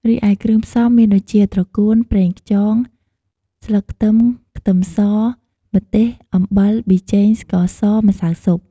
រីឯ គ្រឿងផ្សំមានដូចជា ត្រកួន ប្រេងខ្យង ស្លឹកខ្ទឹមខ្ទឹមស ម្ទេស អំបិល ប៊ីចេង ស្កសរ ម្សៅស៊ុប។